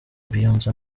beyonce